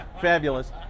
fabulous